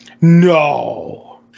No